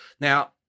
Now